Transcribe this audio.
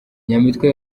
nyamitwe